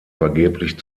vergeblich